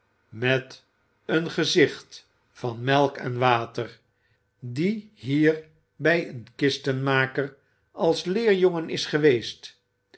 met een gedicht van melk en water die hier bij een kistenmaker als leerjongen is geweest